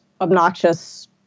obnoxious